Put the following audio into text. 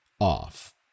off